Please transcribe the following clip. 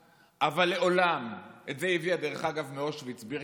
את זה היא הביאה, דרך אגב, מאושוויץ-בירקנאו,